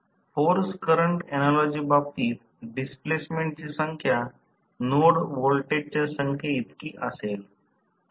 force current analogy बाबतीत डिस्प्लेसमेंटची संख्या नोड व्होल्टेजच्या संख्ये इतकी असेल